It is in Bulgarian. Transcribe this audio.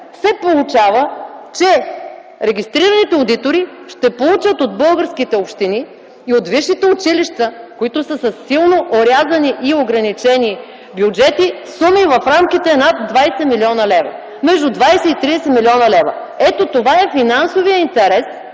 се получава, че регистрираните одитори ще получат от българските общини и от висшите училища, които са със силно орязани и ограничени бюджети, суми в рамките над 20 млн. лв. – между 20 и 30 млн. лв. Ето това е финансовият интерес